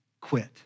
quit